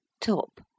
Top